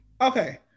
okay